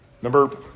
Remember